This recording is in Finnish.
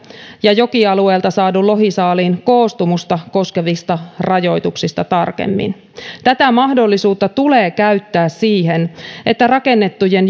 ja jokialueelta saadun lohisaaliin koostumusta koskevista rajoituksista tarkemmin tätä mahdollisuutta tulee käyttää siihen että rakennettujen